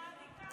הייתה פעם